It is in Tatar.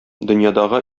дөньядагы